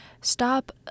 stop